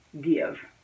give